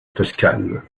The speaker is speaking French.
toscane